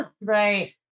Right